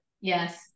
Yes